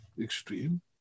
extreme